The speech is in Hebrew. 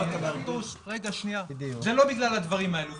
זה לא בגלל הדברים הללו.